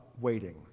waiting